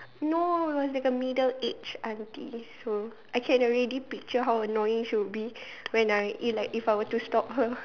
no it was like a middle age auntie so I can already can picture how annoying she would be when I if like if I were to stop her